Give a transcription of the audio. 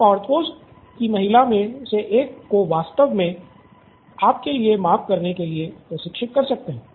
आप पार्थोस की महिलाओं में से एक को वास्तव में आपके लिए माप करने के लिए प्रशिक्षित कर सकते हैं